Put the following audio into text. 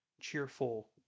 cheerful